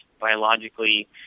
biologically